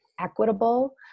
equitable